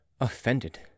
offended